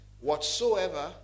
Whatsoever